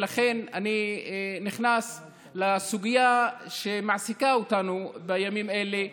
ולכן אני נכנס לסוגיה שמעסיקה אותנו בימים האלה,